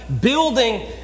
building